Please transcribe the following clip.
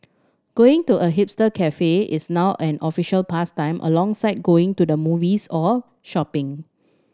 going to a hipster cafe is now an official pastime alongside going to the movies or shopping